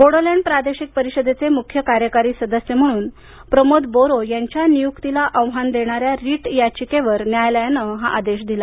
बोडोलँड प्रादेशिक परिषदेचे मुख्य कार्यकारी सदस्य म्हणून प्रमोद बोरो यांच्या नियुक्तीला आव्हान देणारी रिट याचिकेवर न्यायालयानं हा आदेश दिला